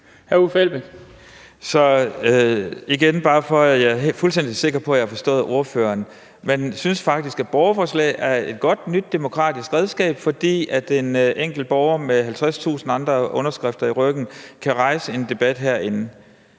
Uffe Elbæk (ALT): Bare for at jeg er fuldstændig sikker på, at jeg har forstået ordføreren: Man synes faktisk, at borgerforslag er et godt nyt demokratisk redskab, fordi den enkelte borger med 50.000 underskrifter i ryggen kan rejse en debat herinde.